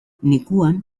neguan